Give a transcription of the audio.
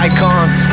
Icons